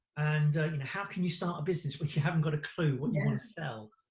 and how can you start a business when you haven't got a clue what you wanna sell?